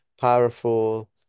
powerful